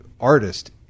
artist